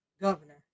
governor